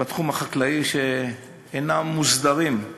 בתחום החקלאי שאינם מוסדרים,